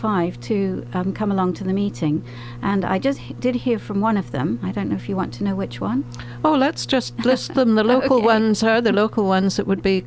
five to come along to the meeting and i just did hear from one of them i don't know if you want to know which one oh let's just listen the local one so the local ones that would be